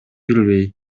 билбей